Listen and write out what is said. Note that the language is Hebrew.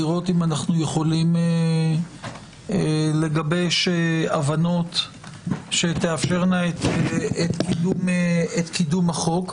לראות אם אנחנו יכולים לגבש הבנות שתאפשרנה את קידום החוק.